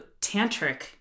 tantric